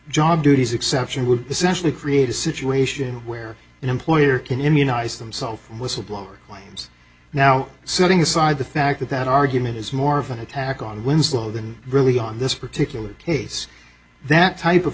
job duties exception would essentially create a situation where an employer can immunize themselves from whistleblower claims now setting aside the fact that that argument is more of an attack on winslow than really on this particular case that type of